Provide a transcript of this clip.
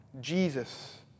Jesus